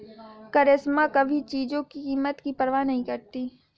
करिश्मा कभी चीजों की कीमत की परवाह नहीं करती